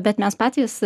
bet mes patys